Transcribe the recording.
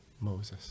Moses